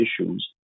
issues